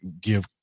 give